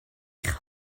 eich